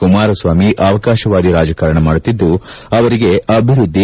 ಕುಮಾರಸ್ನಾಮಿ ಅವಕಾಶವಾದಿ ರಾಜಕಾರಣ ಮಾಡುತ್ತಿದ್ದು ಅವರಿಗೆ ಅಭಿವೃದ್ಧಿ